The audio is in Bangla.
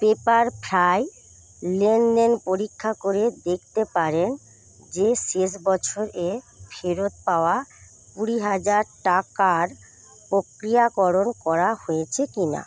পেপারফ্রাই লেনদেন পরীক্ষা করে দেখতে পারেন যে শেষ বছর এ ফেরত পাওয়া কুড়ি হাজার টাকার প্রক্রিয়াকরণ করা হয়েছে কি না